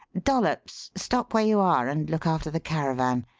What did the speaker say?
dollops, stop where you are and look after the caravan.